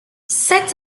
sept